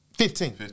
Fifteen